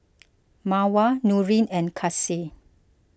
Mawar Nurin and Kasih